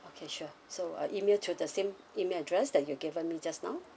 okay sure so uh email to the same email address that you've given me just now